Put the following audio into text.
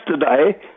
yesterday